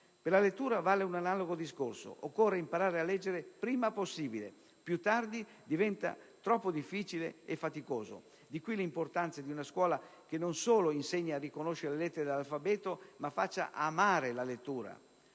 Per la lettura vale un analogo discorso. Occorre imparare a leggere prima possibile. Più tardi diventa troppo difficile e faticoso. Da qui l'importanza di una scuola che non solo insegni a riconoscere le lettere dell'alfabeto, ma faccia amare la lettura.